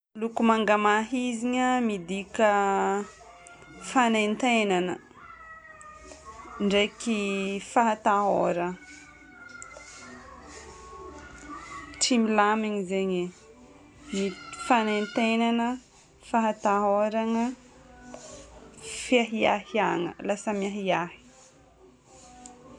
Loko manga mahizigna midika fagnaintaignana ndraiky fahatahôragna. Tsy milamigna zegny e. Ny t- fanaintaignana, fahatahoragna, fiahiahiagna. Lasa miahiahy.